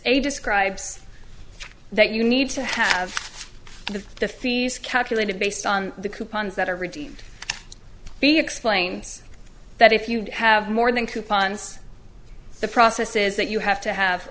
a describes that you need to have the fees calculated based on the coupons that are redeemed be explains that if you have more than coupons the process is that you have to have